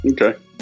Okay